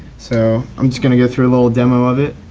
so i'm just gonna go through a little demo of it.